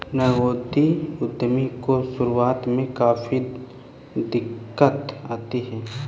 नवोदित उद्यमी को शुरुआत में काफी दिक्कत आती है